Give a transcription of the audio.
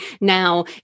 now